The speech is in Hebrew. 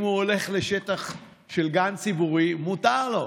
אם הוא הולך לשטח של גן ציבורי, מותר לו.